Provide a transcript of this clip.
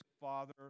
father